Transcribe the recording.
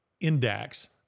index